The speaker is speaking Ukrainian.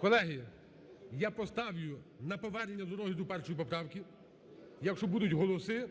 Колеги, я поставлю на повернення до розгляду першої поправки, якщо будуть голоси,